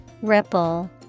ripple